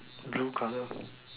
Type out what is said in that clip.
blue color